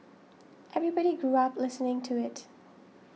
everybody grew up listening to it